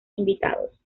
invitados